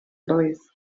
blwydd